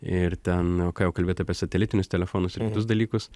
ir ten ką jau kalbėt apie satelitinius telefonus ir kitus dalykus